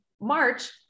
March